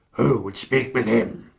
who would speak with him?